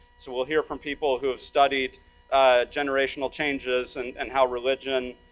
so we'll hear from people who have studied generational changes, and and how religion,